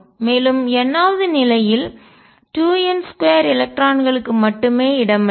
மேலும் n ஆவது நிலையில் 2 n 2 எலக்ட்ரான்களுக்கு மட்டும் இடமளிக்கும்